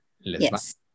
Yes